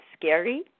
scary